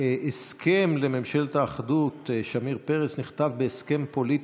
ההסכם לממשלת האחדות שמיר-פרס נכתב בהסכם פוליטי,